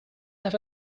have